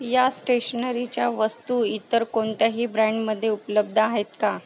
या स्टेशनरीच्या वस्तू इतर कोणत्याही ब्रँडमध्ये उपलब्ध आहेत का